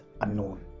unknown